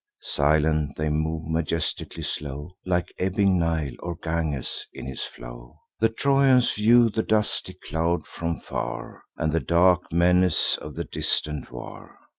silent they move, majestically slow, like ebbing nile, or ganges in his flow. the trojans view the dusty cloud from far, and the dark menace of the distant war.